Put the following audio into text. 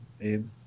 abe